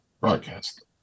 broadcast